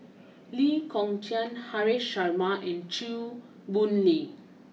Lee Kong Chian Haresh Sharma and Chew Boon Lay